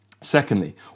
Secondly